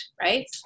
right